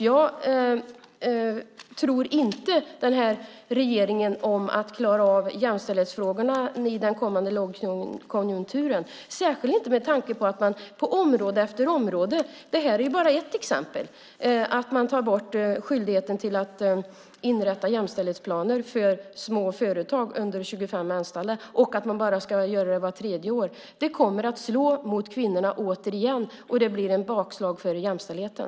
Jag tror inte den här regeringen om att klara av jämställdhetsfrågorna i den kommande lågkonjunkturen, särskilt inte med tanke på att man på område efter område - det här är bara ett exempel - tar bort skyldigheten att inrätta jämställdhetsplaner för små företag med under 25 anställda och att man säger att det ska göras bara vart tredje år. Det kommer att slå mot kvinnorna återigen. Det blir ett bakslag för jämställdheten.